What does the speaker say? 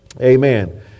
Amen